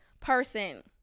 person